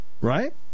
Right